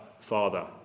Father